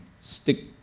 stick